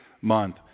month